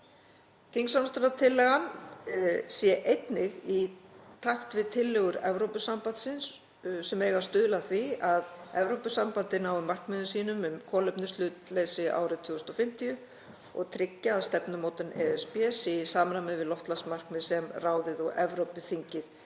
Þingsályktunartillagan sé einnig í takt við tillögur Evrópusambandsins sem eiga að stuðla að því að Evrópusambandið nái markmiðum sínum um kolefnishlutleysi árið 2050 og tryggja að stefnumótun ESB sé í samræmi við loftslagsmarkmið sem Evrópuþingið